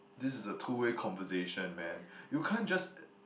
this is a two way conversation man you can't just